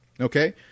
Okay